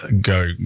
go